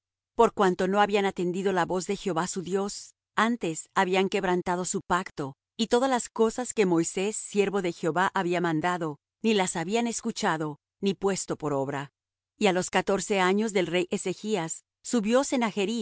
por cuanto no habían atendido la voz de jehová su dios antes habían quebrantado su pacto y todas las cosas que moisés siervo de jehová había mandado ni las habían escuchado ni puesto por obra y á los catorce años del rey ezechas subió